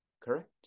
Correct